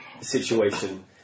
situation